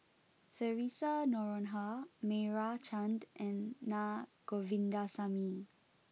Theresa Noronha Meira Chand and Na Govindasamy